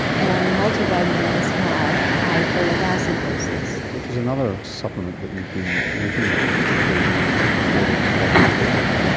and the multivitamins have high folic acid doses. which is another supplement that you've been looking at, particularly when you've got folate fortification,